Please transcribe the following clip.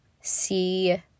see